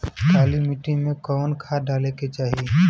काली मिट्टी में कवन खाद डाले के चाही?